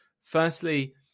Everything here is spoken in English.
firstly